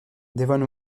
devon